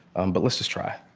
um but let's just try